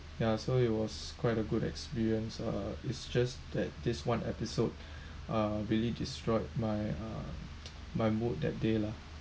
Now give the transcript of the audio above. ya so it was quite a good experience uh it's just that this one episode uh really destroyed my uh my mood that day lah